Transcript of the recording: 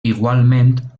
igualment